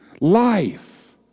life